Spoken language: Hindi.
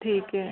ठीक है